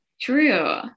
True